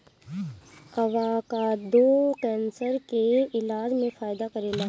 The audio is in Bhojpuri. अवाकादो कैंसर के इलाज में फायदा करेला